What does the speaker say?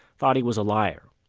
thought he was a liar.